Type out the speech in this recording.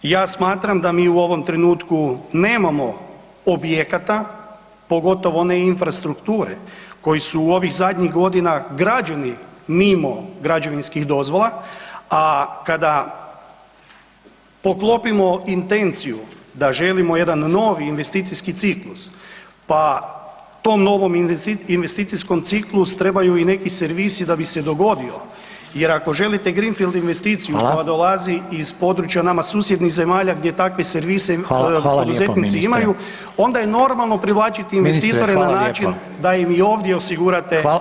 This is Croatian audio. Ja smatram da mi u ovom trenutku nemam objekata, pogotovo ne infrastrukture koji su u ovih zadnjih godina građeni mimo građevinskih dozvola a kada poklopimo intenciju da želimo jedan novi investicijski ciklus pa tom novom investicijskom ciklusu trebaju i neki servisi da bi se dogodio jer ako želite green field investiciju [[Upadica Reiner: Hvala.]] koja dolazi iz područja nama susjednih zemalja gdje takve servise [[Upadica Reiner: Hvala lijepo, ministre.]] poduzetnici imaju, onda je normalno privlačiti investitore na način [[Upadica Reiner: Ministre, hvala lijepa.]] da im i ovdje osigurate sve takve resurse.